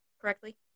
correctly